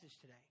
today